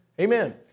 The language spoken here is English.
Amen